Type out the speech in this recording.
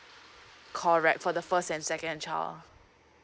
correct for the first and second child